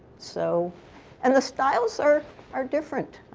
so and the styles are are different.